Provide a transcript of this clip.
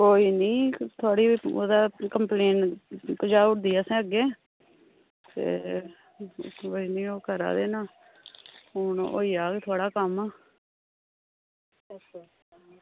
कोई निं थुआढ़े ओह्दा कम्पलेन पजाई ओड़दी असें अग्गें ते कोई निं ओह् करा दे न हून होई जाह्ग थुआढ़ा कम्म